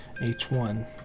H1